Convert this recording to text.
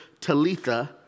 talitha